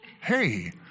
Hey